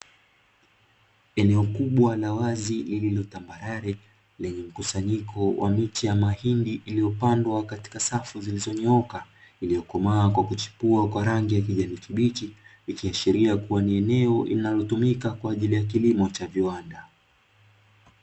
Eneo kubwa la wazi lililo tambarale lenye mkusanyiko wa miche ya mahindi iliyopandwa katika safu zilizonyooka, iliyokomaa kwa kuchipua kwa rangi ya kijani kibichi. Ikiashiria kuwa ni eneo linalotumika kwa ajili ya kilimo cha viwanda .